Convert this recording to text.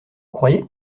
croyez